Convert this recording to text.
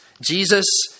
Jesus